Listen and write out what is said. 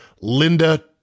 Linda